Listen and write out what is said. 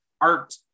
art